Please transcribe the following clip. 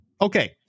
okay